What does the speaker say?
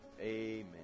Amen